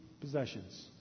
possessions